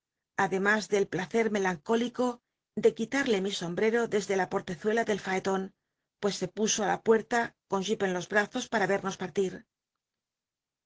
ademas del placer melancólico de qui tal'le mi sombrero desde la portezuela del faeton pues se puso í la puerta con jip en los brazos para vel'llos partir